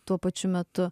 tuo pačiu metu